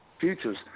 futures